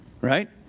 Right